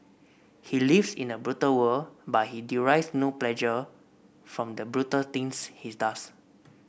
he lives in a brutal world but he derives no pleasure from the brutal things he does